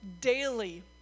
daily